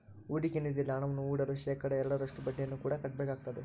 ಹೂಡಿಕೆ ನಿಧಿಯಲ್ಲಿ ಹಣವನ್ನು ಹೂಡಲು ಶೇಖಡಾ ಎರಡರಷ್ಟು ಬಡ್ಡಿಯನ್ನು ಕೂಡ ಕಟ್ಟಬೇಕಾಗುತ್ತದೆ